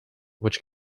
which